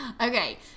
Okay